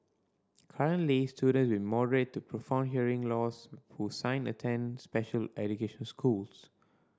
currently student with to profound hearing loss who sign attend special education schools